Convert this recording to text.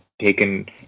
taken